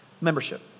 membership